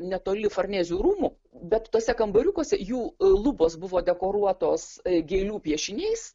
netoli farnezių rūmų bet tuose kambariukuose jų lubos buvo dekoruotos gėlių piešiniais